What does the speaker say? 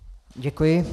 Děkuji.